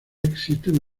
existen